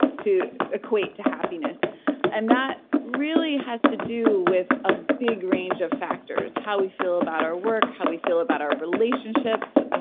to equate to happiness and that really has to do with a big range of factors, how we feel about our work, how we feel about our relationships,